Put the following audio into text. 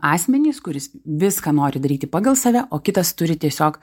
asmenys kuris viską nori daryti pagal save o kitas turi tiesiog